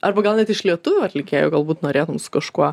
arba gal net iš lietuvių atlikėjų galbūt norėtum su kažkuo